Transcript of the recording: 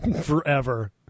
Forever